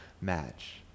match